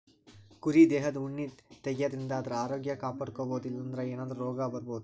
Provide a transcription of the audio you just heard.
ಕುರಿ ದೇಹದ್ ಉಣ್ಣಿ ತೆಗ್ಯದ್ರಿನ್ದ ಆದ್ರ ಆರೋಗ್ಯ ಕಾಪಾಡ್ಕೊಬಹುದ್ ಇಲ್ಲಂದ್ರ ಏನಾದ್ರೂ ರೋಗ್ ಬರಬಹುದ್